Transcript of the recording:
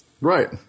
Right